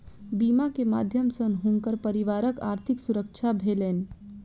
बीमा के माध्यम सॅ हुनकर परिवारक आर्थिक सुरक्षा भेलैन